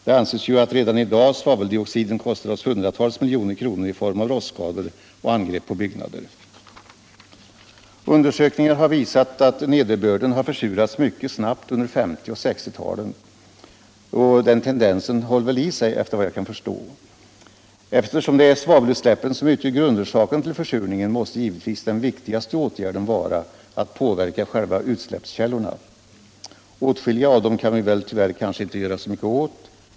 Det anses att redan i dag svaveldioxiden kostar oss hundratals miljoner kronor i form av rostskador och angrepp på byggnader. Undersökningar har visat att nederbörden har försurats mycket snabbt under 1950 och 1960-talen. Den tendensen håller i sig efter vad jag kan förstå. Eftersom det är svavelutsläppen som utgör grundorsaken till försurningen måste givetvis den viktigaste åtgärden vara att påverka själva utsläppskällorna. Åtskilliga av dem kan vi väl tyvärr inte göra mycket åt.